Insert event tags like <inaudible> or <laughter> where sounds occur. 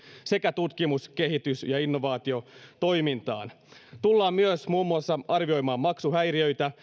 sekä tutkimus kehitys ja innovaatiotoimintaan tullaan myös arvioimaan maksuhäiriöitä <unintelligible>